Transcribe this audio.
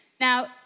Now